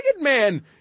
man